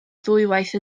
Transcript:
ddwywaith